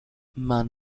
man